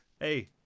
Hey